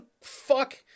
fuck